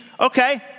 okay